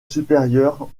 supérieur